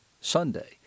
Sunday